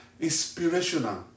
inspirational